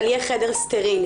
אבל יהיה חדר סטרילי